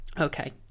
Okay